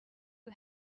who